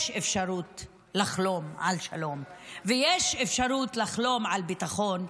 יש אפשרות לחלום על שלום ויש אפשרות לחלום על ביטחון,